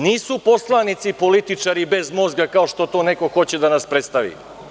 Nisu poslanici političari bez mozga, kao što to neko hoće da nas predstavi.